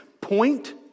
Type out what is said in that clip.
Point